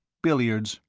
billiards.